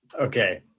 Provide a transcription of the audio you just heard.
Okay